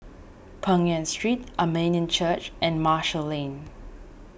Peng Nguan Street Armenian Church and Marshall Lane